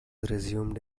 resumed